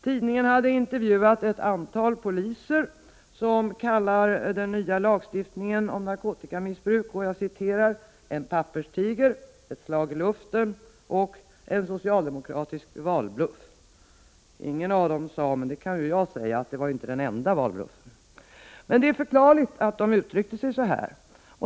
Tidningen hade intervjuat ett antal poliser som kallar den nya lagstiftningen om narkotikamissbruk ”en papperstiger”, ”ett slag i luften” och ”en socialdemokratisk valbluff”. Ingen av dem sade, men det kan ju jag säga, att det var inte den enda valbluffen. Det är förklarligt att de uttryckte sig så.